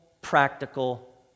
practical